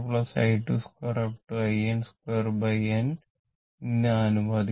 in2 n ന് ആനുപാതികമാണ്